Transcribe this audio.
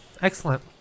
Excellent